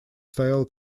стояла